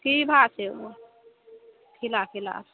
की भाब छै ओ खिला खिला